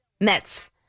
Mets